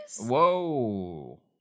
Whoa